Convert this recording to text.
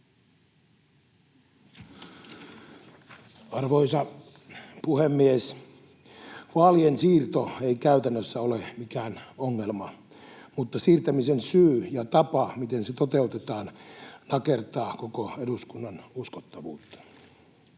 Arvoisa puhemies! Vaalien siirto ei käytännössä ole mikään ongelma, mutta siirtämisen syy ja tapa, miten se toteutetaan, nakertaa koko eduskunnan uskottavuutta.